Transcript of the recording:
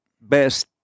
best